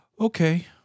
Okay